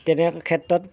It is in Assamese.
তেনেক্ষেত্ৰত